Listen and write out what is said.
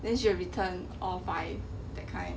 then she will return all five that kind